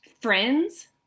friends